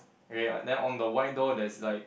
okay then on the white door there's like